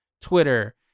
Twitter